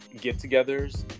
get-togethers